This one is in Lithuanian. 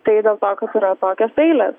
tai dėl to kad yra tokios eilės